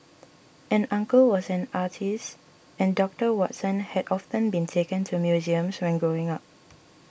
an uncle was an artist and Doctor Watson had often been taken to museums when growing up